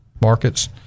markets